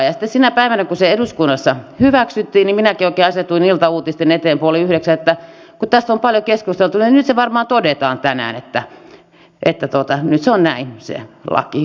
sitten sinä päivänä kun se eduskunnassa hyväksyttiin minäkin oikein asetuin iltauutisten eteen puoli yhdeksän että kun tästä on paljon keskusteltu niin nyt se varmaan todetaan tänään että nyt se on näin se laki muuttunut